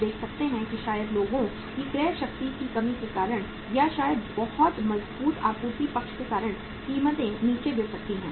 हम देख सकते हैं कि शायद लोगों की क्रय शक्ति की कमी के कारण या शायद बहुत मजबूत आपूर्ति पक्ष के कारण कीमतें नीचे गिर सकती हैं